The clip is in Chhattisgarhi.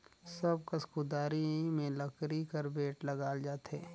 सब कस कुदारी मे लकरी कर बेठ लगाल जाथे